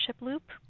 loop